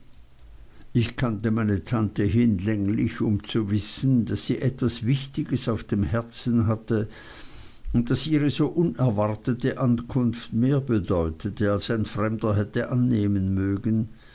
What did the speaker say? ich kannte meine tante hinlänglich um zu wissen daß sie etwas wichtiges auf dem herzen hatte und daß ihre so unerwartete ankunft mehr bedeutete als ein fremder hätte annehmen mögen